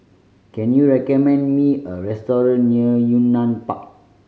can you recommend me a restaurant near Yunnan Park